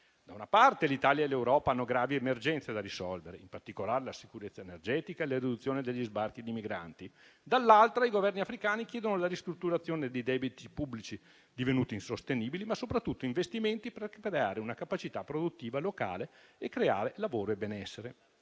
Da una parte l'Italia e l'Europa hanno gravi emergenze da risolvere, in particolare la sicurezza energetica e la riduzione degli sbarchi di migranti; dall'altra i Governi africani chiedono la ristrutturazione di debiti pubblici divenuti insostenibili, ma soprattutto investimenti per creare una capacità produttiva locale e creare lavoro e benessere.